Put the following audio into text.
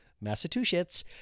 massachusetts